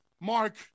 Mark